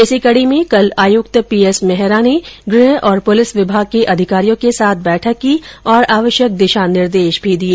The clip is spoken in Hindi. इसी कड़ी में कल आयुक्त पीएस मेहरा ने गृह और पुलिस विभाग के अधिकारियों के साथ बैठक की और आवश्यक दिशा निर्देश भी दिए